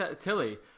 Tilly